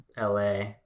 LA